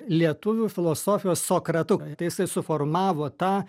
lietuvių filosofijos sokratu tai jisai suformavo tą